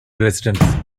residents